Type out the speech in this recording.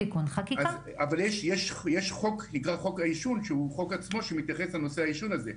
יש חוק שנקרא חוק העישון שמתייחס לנושא הזה.